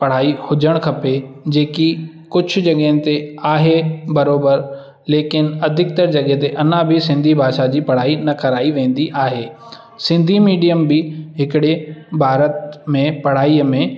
पढ़ाई हुजणु खपे जेकी कुझु जॻहि ते आहे बराबरि लेकिन अधिकतर जॻह ते अञा बि सिंधी भाषा जी पढ़ाई न कराई वेंदी आहे सिंधी मीडियम बि हिकिड़े भारत में पढ़ाईअ में